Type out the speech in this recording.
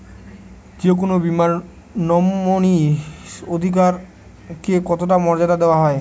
যে কোনো বীমায় নমিনীর অধিকার কে কতটা মর্যাদা দেওয়া হয়?